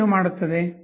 ಇದು ಏನು ಮಾಡುತ್ತದೆ